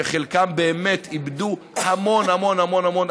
שחלקם איבדו המון המון המון המון,